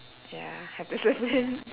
ya have to